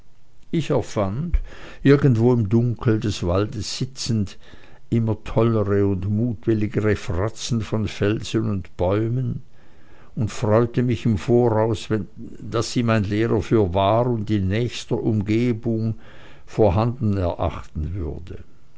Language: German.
ich erfand irgendwo im dunkel des waldes sitzend immer tollere und mutwilligere fratzen von felsen und bäumen und freute mich im voraus daß sie mein lehrer für wahr und in nächster umgegend vorhanden erachten würde